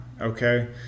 Okay